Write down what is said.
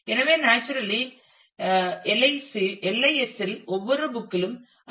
எனவே naturally LIS இல் ஒவ்வொரு புக் லும் ஐ